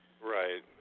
Right